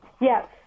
Yes